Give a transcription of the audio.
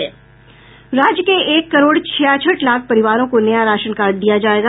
राज्य के एक करोड़ छियासठ लाख परिवारों को नया राशन कार्ड दिया जायेगा